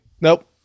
Nope